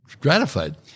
gratified